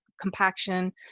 compaction